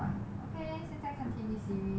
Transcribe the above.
okay 现在看 T_V series